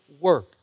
work